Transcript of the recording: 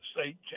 state